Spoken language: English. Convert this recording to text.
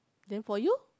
then for you